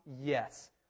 Yes